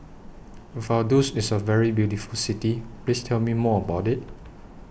Vaduz IS A very beautiful City Please Tell Me More about IT